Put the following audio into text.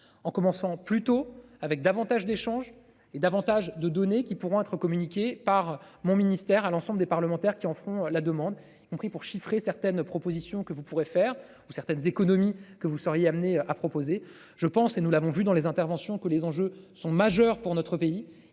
en commençant plus tôt avec davantage d'échanges et davantage de données qui pourront être communiquées par mon ministère à l'ensemble des parlementaires qui en font la demande, on prie pour chiffrer certaines propositions que vous pourrez faire ou certaines économies que vous seriez amenés à proposer, je pense et nous l'avons vu dans les interventions que les enjeux sont majeurs pour notre pays.